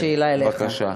יש לי שאלה אליך.